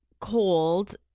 cold